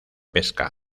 pesca